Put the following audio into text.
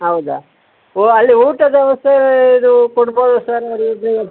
ಹೌದಾ ಓ ಅಲ್ಲಿ ಊಟದ ವ್ಯವಸ್ಥೆ ಇದು ಕೋಡ್ಬಹುದ ಸರ್ ನೋಡಿ ಇದು